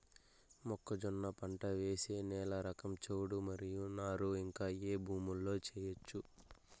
మొక్కజొన్న పంట వేసే నేల రకం చౌడు మరియు నారు ఇంకా ఏ భూముల్లో చేయొచ్చు?